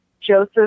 Joseph